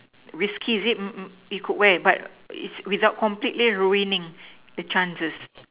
risky is it it could wear but is without completely ruining the chances